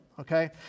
Okay